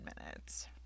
minutes